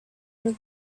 your